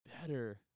better